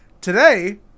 Today